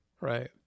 Right